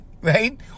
right